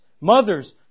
mothers